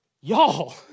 Y'all